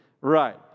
Right